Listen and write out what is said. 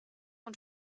und